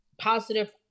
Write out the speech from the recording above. positive